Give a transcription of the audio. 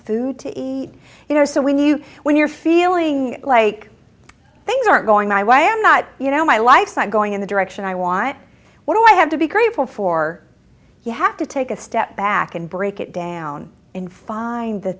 food to eat dinner so when you when you're feeling like things aren't going my way i'm not you know my life's not going in the direction i want what do i have to be grateful for you have to take a step back and break it down and find the